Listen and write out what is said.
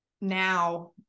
now